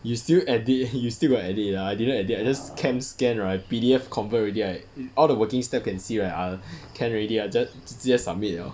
you still edit you still got edit ah I didn't edit I just cam scan right P_D_F convert already right all the working step can see right ah can already I just 直接 submit liao